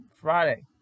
Friday